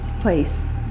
place